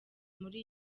muri